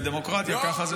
בדמוקרטיה ככה זה.